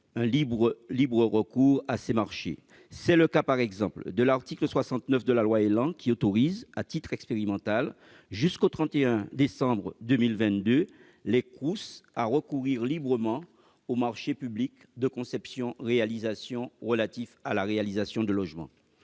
un libre recours à ces marchés. C'est le cas de l'article 69 de la loi ÉLAN qui autorise, à titre expérimental jusqu'au 31 décembre 2022, les CROUS à recourir librement aux marchés publics de conception-réalisation relatifs à la réalisation de logements.